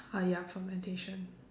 uh ya fermentation